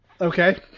Okay